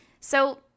So-